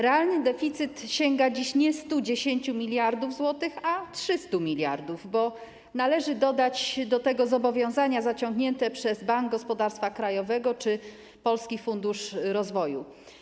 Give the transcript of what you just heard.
Realny deficyt sięga dziś nie 110 mld zł, a 300 mld, bo należy dodać do tego zobowiązania zaciągnięte przez Bank Gospodarstwa Krajowego czy Polski Fundusz Rozwoju.